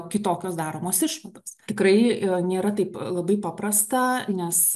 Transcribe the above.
kitokios daromos išvados tikrai nėra taip labai paprasta nes